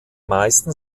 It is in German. meisten